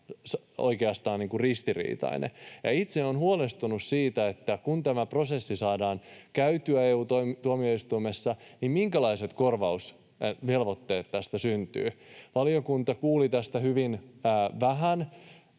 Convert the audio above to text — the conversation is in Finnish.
oikeastaan ristiriitainen. Itse olen huolestunut siitä, että kun tämä prosessi saadaan käytyä EU:n tuomioistuimessa, niin minkälaiset korvausvelvoitteet tästä syntyvät. Valiokunta kuuli tästä hyvin vähän,